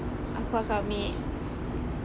aku akan amek